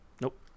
Nope